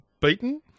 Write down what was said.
beaten